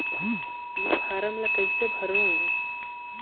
ये फारम ला कइसे भरो?